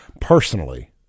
personally